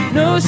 no